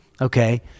okay